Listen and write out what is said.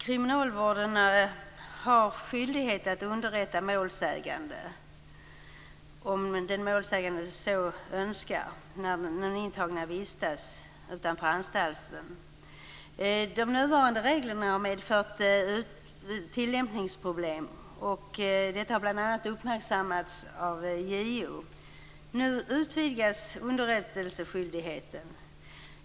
Kriminalvården har skyldighet att underrätta målsägande, om målsägande så önskar, när den intagne vistas utanför anstalten. De nuvarande reglerna har medfört tillämpningsproblem. Detta har bl.a. uppmärksammats av JO. Nu utvidgas underrättelseskyldigheten.